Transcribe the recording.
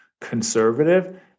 conservative